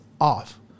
off